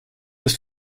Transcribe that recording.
ist